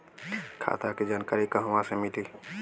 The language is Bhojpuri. खाता के जानकारी कहवा से मिली?